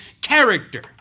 character